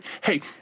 Hey